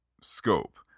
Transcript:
scope